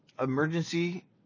emergency –